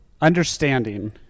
Understanding